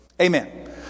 Amen